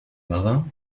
marin